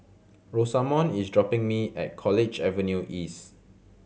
Rosamond is dropping me at College Avenue East